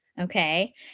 okay